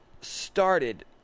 started